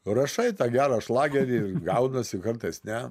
rašai tą gerą šlagerį ir gaunasi kartais ne